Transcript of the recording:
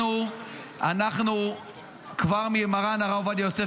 אנחנו כבר ממרן הרב עובדיה יוסף,